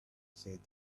said